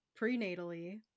prenatally